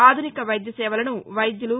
ఆధునిక వైద్యసేవలను వైద్యులు